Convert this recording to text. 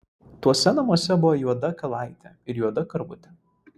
tuose namuose buvo juoda kalaitė ir juoda karvutė